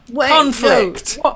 Conflict